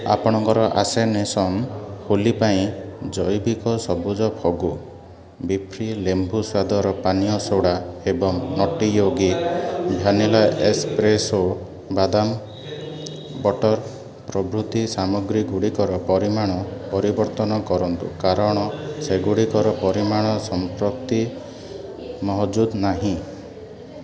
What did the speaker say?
ଆପଣଙ୍କର ଆସେନେସନ୍ ହୋଲି ପାଇଁ ଜୈବିକ ସବୁଜ ଫଗୁ ବିଫ୍ରି ଲେମ୍ବୁ ସ୍ୱାଦର ପାନୀୟ ସୋଡ଼ା ଏବଂ ନଟି ୟୋଗୀ ଭ୍ୟାନିଲା ଏସ୍ପ୍ରେସୋ ବାଦାମ ବଟର୍ ପ୍ରଭୃତି ସାମଗ୍ରୀଗୁଡ଼ିକର ପରିମାଣ ପରିବର୍ତ୍ତନ କରନ୍ତୁ କାରଣ ସେଗୁଡ଼ିକର ପରିମାଣ ସମ୍ପ୍ରତି ମହଜୁଦ ନାହିଁ